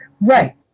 Right